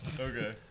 Okay